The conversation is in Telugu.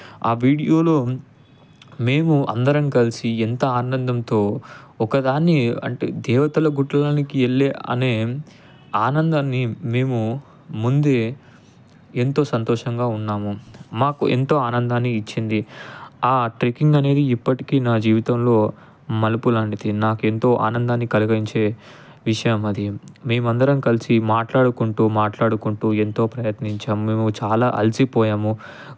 ఆ వీడియోలో మేము అందరం కలిసి ఎంత ఆనందంతో ఒకదాన్ని అంటే దేవతలు గుట్టకి వెళ్లి అనే ఆనందాన్ని మేము ముందే ఎంతో సంతోషంగా ఉన్నాము మాకు ఎంతో ఆనందాన్ని ఇచ్చింది ఆ ట్రెక్కింగ్ అనేది ఇప్పటికీ నా జీవితంలో మలుపు లాంటిది నాకెంతో ఆనందాన్ని కలిగించే విషయం అది మేమందరం కలిసి మాట్లాడుకుంటూ మాట్లాడుకుంటూ ఎంతో ప్రయత్నించాం మేము చాలా అలసిపోయాము